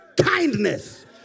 kindness